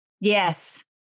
yes